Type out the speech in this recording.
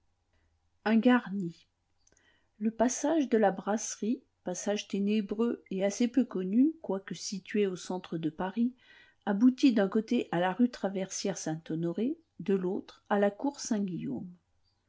un garni le passage de la brasserie passage ténébreux et assez peu connu quoique situé au centre de paris aboutit d'un côté à la rue traversière saint honoré de l'autre à la cour saint guillaume